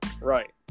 Right